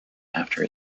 after